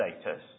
status